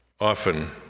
Often